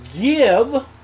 give